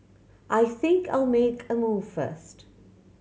I think I'll make a move first